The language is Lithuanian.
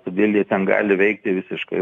todėl jie ten gali veikti visiškai